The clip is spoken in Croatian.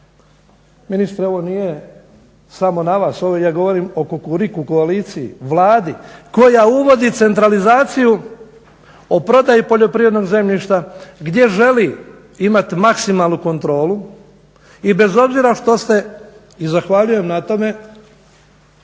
Ministre ovo nije samo na vas. Ovo ja govorim o Kukuriku koaliciji, Vladi koja uvodi centralizaciju o prodaju poljoprivrednog zemljišta gdje želi imati maksimalnu kontrolu i bez obzira što ste i zahvaljujem na tome